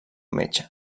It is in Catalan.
metge